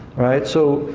right. so,